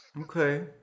Okay